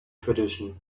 tradition